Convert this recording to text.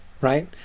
right